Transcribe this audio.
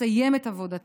לסיים את עבודתה.